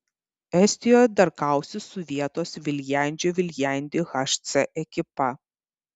estijoje dar kausis su vietos viljandžio viljandi hc ekipa